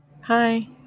Hi